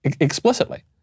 explicitly